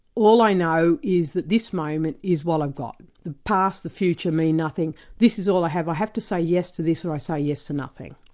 all i know is that this moment is what i've got, the past, the future, mean nothing, this is all i have, i have to say yes to this or i say yes to nothing.